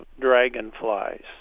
dragonflies